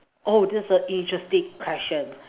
oh that's an interesting question